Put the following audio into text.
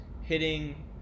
hitting